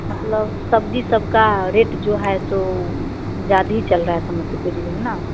मतलब सब्जी सब का रेट जो है सो ज्यादा ही चल रहा है समस्तीपुर जिले में ना